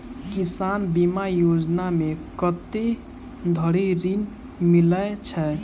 किसान बीमा योजना मे कत्ते धरि ऋण मिलय छै?